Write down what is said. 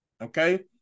Okay